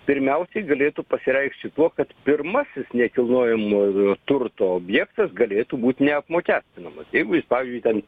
pirmiausiai galėtų pasireikšti tuo kad pirmasis nekilnojamojo turto objektas galėtų būt neapmokestinamas jeigu jis pavyzdžiui ten